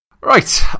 Right